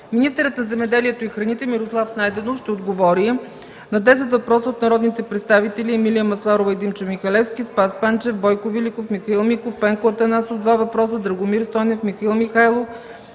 Министърът на земеделието и храните Мирослав Найденов ще отговори на десет въпроса от народните представители Емилия Масларова и Димчо Михалевски, Спас Панчев, Бойко Великов, Михаил Миков, Пенко Атанасов – два въпроса, Драгомир Стойнев, Михаил Михайлов,